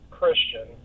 Christian